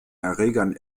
erregern